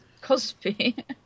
Cosby